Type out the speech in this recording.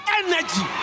energy